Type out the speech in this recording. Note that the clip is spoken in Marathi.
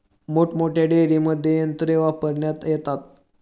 मोठमोठ्या डेअरींमध्ये यंत्रे वापरण्यात येतात